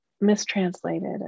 mistranslated